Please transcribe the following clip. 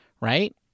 right